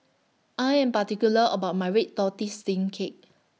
I Am particular about My Red Tortoise Steamed Cake